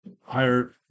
higher